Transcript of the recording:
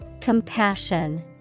Compassion